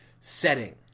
setting